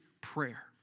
prayer